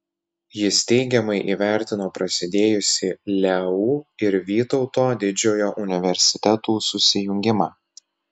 jis teigiamai įvertino prasidėjusį leu ir vytauto didžiojo universitetų susijungimą